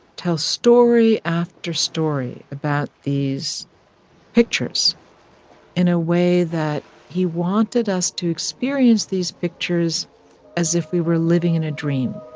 tell story after story about these pictures in a way that he wanted us to experience these pictures as if we were living in a dream,